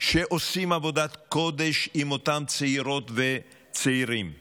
שעושים עבודת קודש עם אותם צעירות וצעירים הלומים,